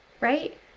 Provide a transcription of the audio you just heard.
right